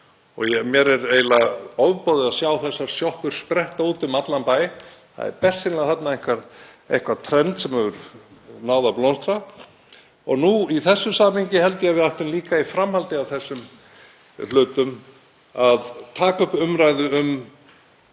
Mér er eiginlega ofboðið að sjá þessar sjoppur spretta upp úti um allan bæ. Það er bersýnilega þarna eitthvert trend sem hefur náð að blómstra. Í þessu samhengi held ég að við ættum líka í framhaldi af þessum hlutum að taka upp umræðu um